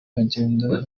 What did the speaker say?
hagenda